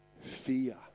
fear